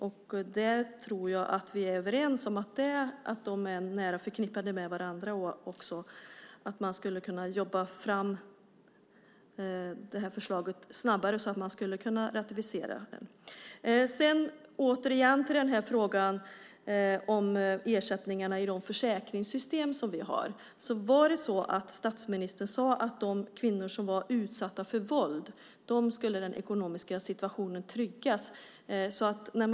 Jag tror att vi är överens om att de är nära förknippade med varandra och också att man skulle kunna jobba fram det här förslaget snabbare så att man skulle kunna ratificera det. Återigen till frågan om ersättningarna i de försäkringssystem som vi har, där det ju var så att statsministern sade att för de kvinnor som var utsatta för våld skulle den ekonomiska situationen tryggas.